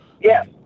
Yes